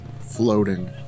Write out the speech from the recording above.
floating